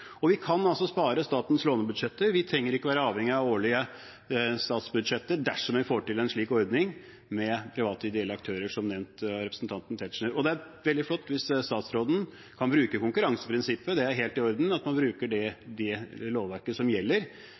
Vi kan spare statens lånebudsjetter, vi trenger ikke være avhengige av årlige statsbudsjetter, dersom vi får til en slik ordning med private og ideelle aktører som nevnt av representanten Tetzschner. Det er veldig flott hvis statsråden kan bruke konkurranseprinsippet. Det er helt i orden at man bruker det lovverket som gjelder,